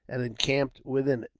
and encamped within